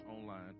online